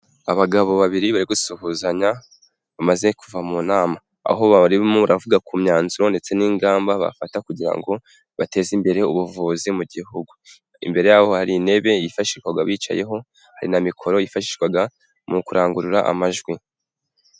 Abagabo babiri bari gusuhuzanya bamaze kuva mu nama, aho babarimo baravuga ku myanzuro ndetse n'ingamba bafata kugira ngo bateze imbere ubuvuzi mu gihugu, imbere yaho hari intebe yifashishwaga bicayeho hari na mikoro yifashishwaga mu kurangurura amajwi.